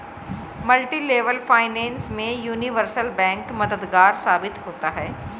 multilevel finance में universal bank मददगार साबित होता है